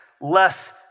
less